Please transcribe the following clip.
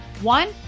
One